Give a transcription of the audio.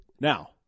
Now